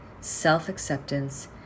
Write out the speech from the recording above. self-acceptance